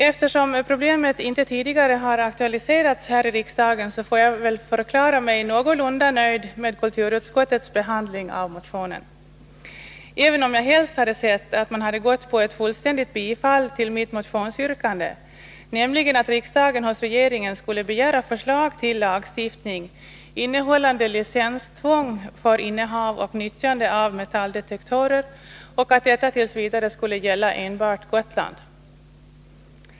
Eftersom problemet inte tidigare har aktualiserats här i riksdagen får jag väl förklara mig någorlunda nöjd med kulturutskottets behandling av motionen, även om jag helst hade sett att man hade bestämt sig för ett fullständigt bifall till mitt motionsyrkande, nämligen att riksdagen hos regeringen skulle begära förslag till lagstiftning innehållande licenstvång för innehav och nyttjande av metalldetektorer och att detta t. v. skulle gälla enbart Gotland.